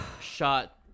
shot